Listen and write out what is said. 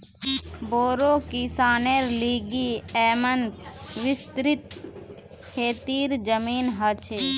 बोड़ो किसानेर लिगि येमं विस्तृत खेतीर जमीन ह छे